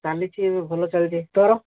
ଚାଲିଛି ଏବେ ଭଲ ଚାଲିଛି ତୋର